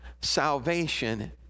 Salvation